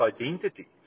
identity